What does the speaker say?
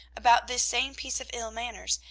about this same piece of ill-manners,